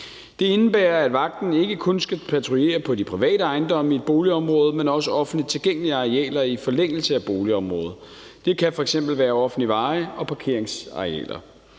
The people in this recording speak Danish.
Det indebærer, at magten ikke kun skal patruljere på de private ejendomme i et boligområde, men også på offentligt tilgængelige arealer i forlængelse af et boligområdet. Det kan f.eks. være offentlige veje og parkeringsarealer.